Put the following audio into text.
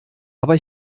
aber